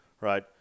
right